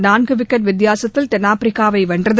உலக நான்கு விக்கெட் வித்தியாசத்தில் தென்னாப்பிரிக்காவை வென்றது